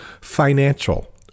financial